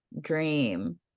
dream